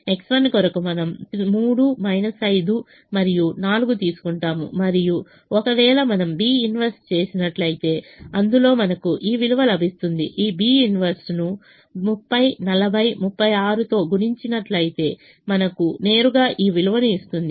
X1 కొరకు మనం 3 5 మరియు 4 తీసుకుంటాము మరియు ఒకవేళ మనము B 1 చేసినట్లయితే అందులో మనకు ఈ విలువ లభిస్తుంది ఈ B 1 ను 30 40 36 గుణించినట్లయితే మనకు నేరుగా ఈ విలువను ఇస్తుంది